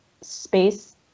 space